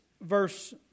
verse